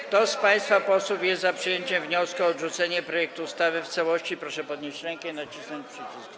Kto z państwa posłów jest za przyjęciem wniosku o odrzucenie projektu ustawy w całości, proszę podnieść rękę i nacisnąć przycisk.